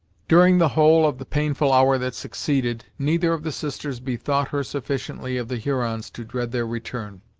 during the whole of the painful hour that succeeded, neither of the sisters bethought her sufficiently of the hurons to dread their return.